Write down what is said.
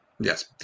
yes